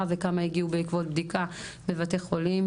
וכמה הגיעו בעקבות בדיקה בבתי חולים,